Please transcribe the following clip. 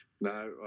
No